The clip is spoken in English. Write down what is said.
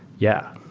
yeah,